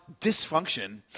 dysfunction